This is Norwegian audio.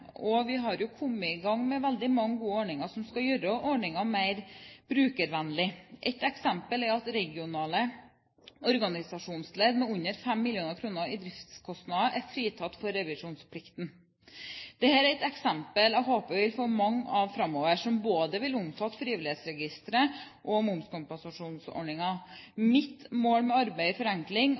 og vi har kommet i gang med veldig mange gode endringer som skal gjøre ordningen mer brukervennlig. Ett eksempel er at regionale organisasjonsledd med under 5 mill. kr i driftskostnader er fritatt for revisjonsplikten. Dette er et eksempel på noe jeg håper vi får mye av framover, som både vil omfatte frivillighetsregistre og momskompensasjonsordningen. Mitt mål med arbeidet med forenkling